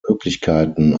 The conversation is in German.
möglichkeiten